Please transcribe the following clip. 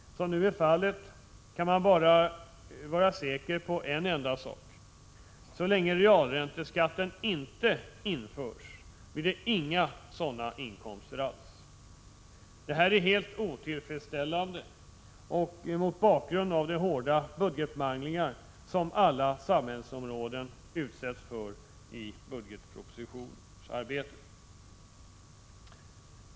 Som det nu är kan man bara vara säker på en enda sak: Så länge realränteskatten inte införs blir det inga sådana inkomster alls. Detta är helt otillfredsställande mot bakgrund av de hårda budgetmanglingar som alla samhällsområden utsätts för i arbetet med budgetpropositionen.